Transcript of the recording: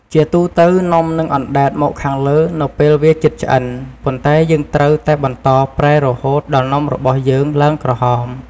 ជាទូទៅ នំនឹងអណ្តែតមកខាងលើនៅពេលវាជិតឆ្អិន ប៉ុន្តែយើងត្រូវតែបន្តប្រែរហូតដល់នំរបស់យើងឡើងក្រហម។